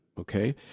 Okay